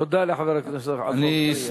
תודה לחבר הכנסת עפו אגבאריה.